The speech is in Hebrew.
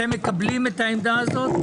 אתם מקבלים את העמדה הזאת?